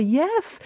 yes